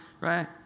right